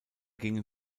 gingen